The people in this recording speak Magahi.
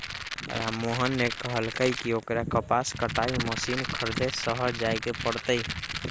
राममोहन ने कहल कई की ओकरा कपास कटाई मशीन खरीदे शहर जाय पड़ तय